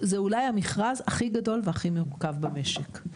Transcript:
זה אולי המכרז הכי גדול והכי מורכב במשק.